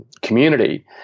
community